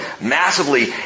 massively